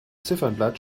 ziffernblatt